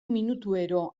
minutuero